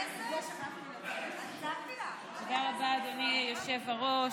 תודה רבה, אדוני היושב-ראש.